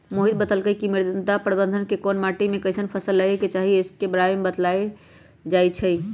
मोहित बतलकई कि मृदा प्रबंधन में कोन माटी में कईसन फसल लगे के चाहि ई स के बारे में बतलाएल जाई छई